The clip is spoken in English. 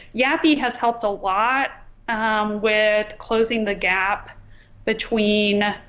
yapi has helped a lot with closing the gap between